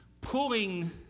pulling